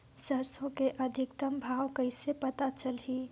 सरसो के अधिकतम भाव कइसे पता चलही?